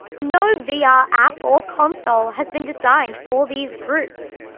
no vr yeah ah app or console has been designed for these groups.